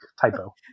typo